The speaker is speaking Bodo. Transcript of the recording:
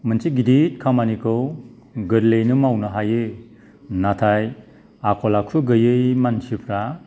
मोनसे गिदिर खामानिखौ गोरलैयैनो मावनो हायो नाथाय आखल आखु गैयै मानसिफ्रा